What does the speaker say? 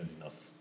enough